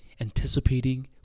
anticipating